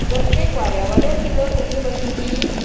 प्रत्येक वाड्या वाड्यार सुद्दां कोंकणी भाशेची